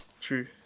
True